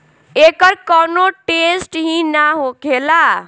एकर कौनो टेसट ही ना होखेला